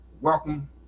Welcome